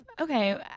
Okay